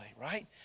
right